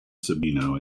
sabino